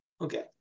Okay